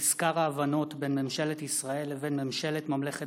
מזכר ההבנות בין ממשלת ישראל לבין ממשלת ממלכת